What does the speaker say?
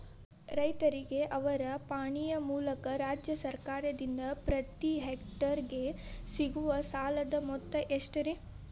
ರೈತರಿಗೆ ಅವರ ಪಾಣಿಯ ಮೂಲಕ ರಾಜ್ಯ ಸರ್ಕಾರದಿಂದ ಪ್ರತಿ ಹೆಕ್ಟರ್ ಗೆ ಸಿಗುವ ಸಾಲದ ಮೊತ್ತ ಎಷ್ಟು ರೇ?